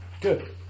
Good